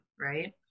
right